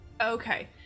Okay